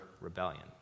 rebellion